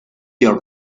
your